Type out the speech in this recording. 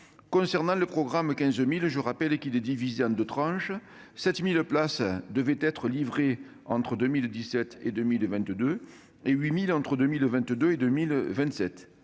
Concernant le « programme 15 000 », je rappelle qu'il est divisé en deux tranches : 7 000 places devaient être livrées entre 2017 et 2022, et 8 000 entre 2022 et 2027.